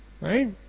Right